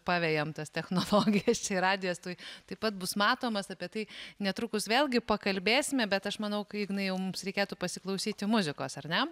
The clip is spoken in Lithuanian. pavejam tas technologijas tai radijas tuoj taip pat bus matomas apie tai netrukus vėlgi pakalbėsime bet aš manau kad ignai mums reikėtų pasiklausyti muzikos ar ne